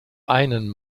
einen